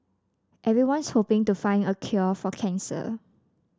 everyone's hoping to find a cure for cancer